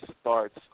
starts